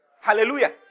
Hallelujah